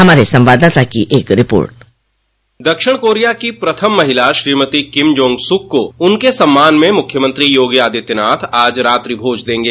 हमारे संवाददाता की एक रिपोर्ट दक्षिण कोरिया की प्रथम महिला श्रीमती किमजोंग सुक का उनके सम्मान में मुख्यमंत्री योगी आदित्यनाथ आज रात्रि भोज देंगे